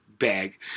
bag